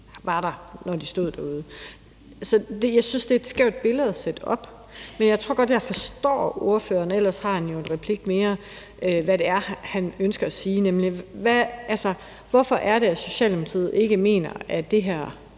inden de stod derude. Så jeg synes, det er et skævt billede at sætte op. Men jeg tror godt, jeg forstår ordføreren – ellers har han jo en replik mere – i forhold til hvad det er, han ønsker at sige, nemlig: Hvorfor er det, at Socialdemokratiet ikke som SF mener, at det her